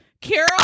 Carol